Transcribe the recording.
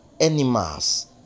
animals